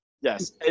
Yes